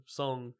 song